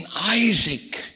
Isaac